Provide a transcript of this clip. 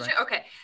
Okay